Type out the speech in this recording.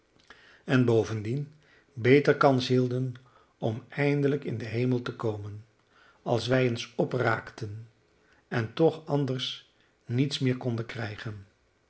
en bovendien beter kans hielden om eindelijk in den hemel te komen als wij eens opraakten en toch anders niets meer konden krijgen